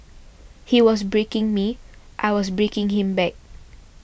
he was breaking me I was breaking him back